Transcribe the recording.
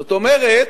זאת אומרת,